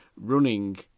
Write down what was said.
running